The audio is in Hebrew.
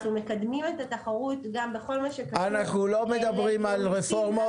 אנחנו מקדמים את התחרות גם בכל מה --- אנחנו לא מדברים על רפורמות.